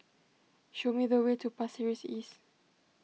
show me the way to Pasir Ris East